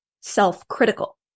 self-critical